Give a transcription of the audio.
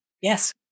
Yes